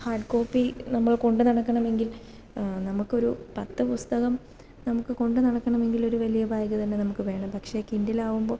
hard copy നമ്മൾ കൊണ്ടുനടക്കണമെങ്കിൽ നമുക്കൊരു പത്ത് പുസ്തകം നമുക്ക് കൊണ്ടുനടക്കണമെങ്കിൽ ഒരു വലിയ ബാഗ് തന്നെ നമുക്ക് വേണം പക്ഷേ കിൻഡിൽ ആവുമ്പോൾ